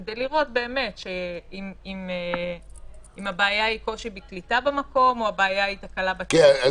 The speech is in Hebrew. כדי לראות אם הבעיה היא קושי בקליטה במקום או הבעיה היא תקלה בטלפון,